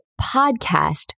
podcast